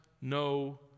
no